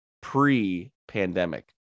pre-pandemic